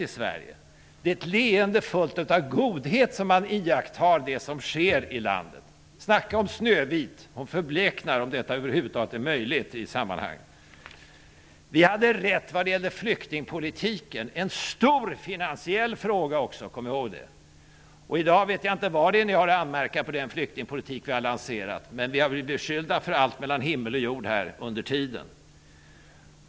Det är med ett leende fyllt av godhet som man iakttar det som sker i landet. Snacka om Snövit! Hon förbleknar, om detta över huvud taget är möjligt i sammanhanget. Vi hade rätt vad gäller flyktingpolitiken. Det är också en stor finansiell fråga. Kom ihåg det! I dag vet jag inte vad ni har att anmärka på den flyktingpolitik vi har lanserat, men vi har blivit beskyllda för allt mellan himmel och jord under tiden.